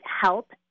help